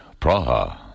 Praha